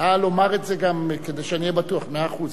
נא לומר את זה גם, כדי שאני אהיה בטוח במאה אחוז.